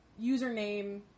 username